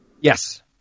Yes